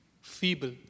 feeble